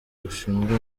rushinzwe